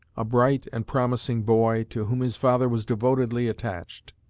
a bright and promising boy, to whom his father was devotedly attached.